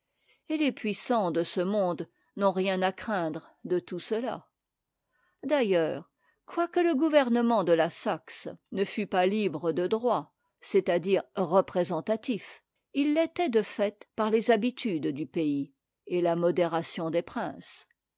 et les puissants de ce monde n'ont rien à craindre de tout cela d'ailleurs quoique le gouvernement de la saxe ne fût pas libre de droit c'est-à-dire représentatif il l'était de fait par les habitudes du pays et la modération des princes